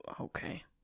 Okay